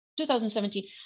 2017